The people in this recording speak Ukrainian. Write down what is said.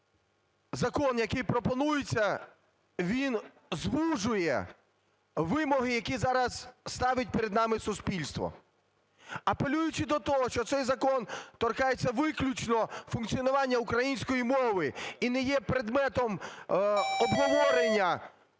закон, який пропонується, він звужує вимоги, які зараз ставить перед нами суспільство. Апелюючи до того, що цей закон торкається виключно функціонування української мови і не є предметом обговорення,